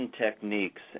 techniques